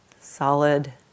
solid